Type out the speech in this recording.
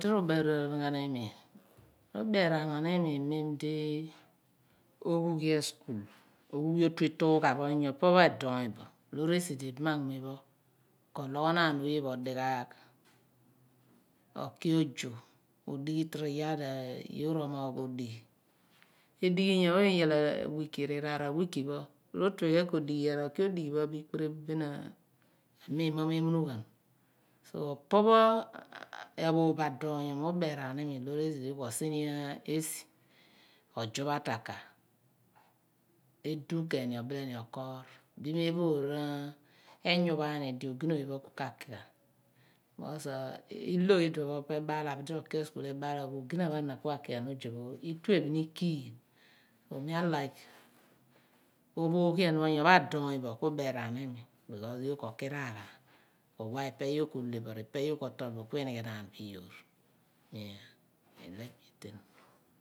Odi rubeeraan ghan iimi ribeeraan ghan iimi mem di oghughi askul, oghughi otu ituugha nyopo adoomy bo loor esi di ibam anmuny pho ko loghonaan oye pho dighaagh oki ozo toro iyaar di yoor omoogh adighi. Edighi nyopho iyal awiki or iraar awiia pho, ro/tue ghan ko adighi iyaar ro ki odighi piriph bin amem mo memunughan so opo pho aphoor bo adoonyom ubeeraan iimi loor esi di ko si ni esi ozuph ataka, edigh ken ni ko bilo ni okoorh bin mi phoor enyuph aani di ogina oye ka ki because i/lo eduon pho po ebaal abidi ro ki askul, ebaal ro ki askul ogina pho ana ku ra ki ozo pho i/tue bin ikiil ku mi alike ophoryhian nyopo adoony bo, ku ubeeraan iimi because yoor koki raaghana. Owa ife yoor ko obile bo, ipe yoor ko tol bo ku unighenaan bo iyoor bin elo epe eten.